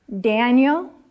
Daniel